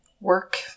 work